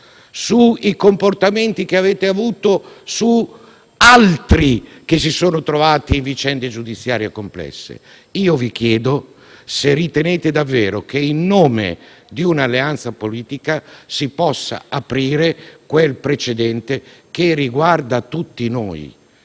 sui comportamenti che avete avuto rispetto ad altri che si sono trovati in vicende giudiziarie complesse. Io vi chiedo se ritenete davvero che, in nome di un'alleanza politica, si possa aprire quel precedente che riguarda tutti noi